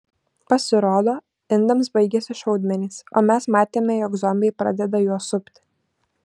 pasirodo indams baigėsi šaudmenys o mes matėme jog zombiai pradeda juos supti